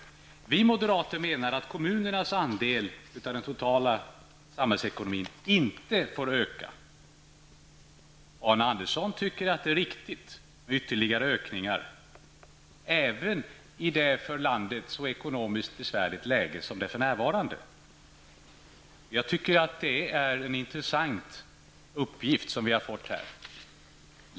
Vi moderater menar att kommunernas andel av den totala samhällsekonomin inte får öka. Arne Andersson tycker att det är riktigt med ytterligare ökningar, även i det för landet så ekonomiskt besvärliga läge som vi har för närvarande. Det är en intressant uppgift som vi har fått.